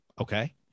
okay